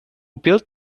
built